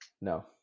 No